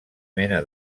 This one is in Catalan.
mena